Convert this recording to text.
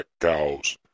cows